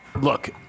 look